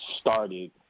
started